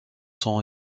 son